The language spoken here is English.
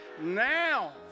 Now